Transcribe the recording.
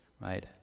right